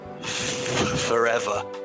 forever